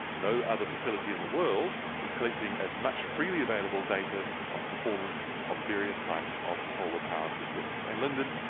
no other facility in the world is collecting as much freely available data on the performance of various types of solar powered systems. and lyndon,